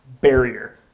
barrier